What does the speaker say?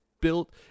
built